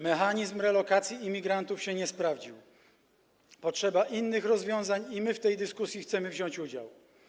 Mechanizm relokacji imigrantów się nie sprawdził, potrzeba innych rozwiązań i my w tej dyskusji chcemy wziąć udział.